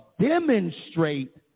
demonstrate